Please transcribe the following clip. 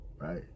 right